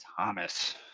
Thomas